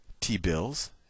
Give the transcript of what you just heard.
T-bills